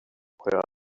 boy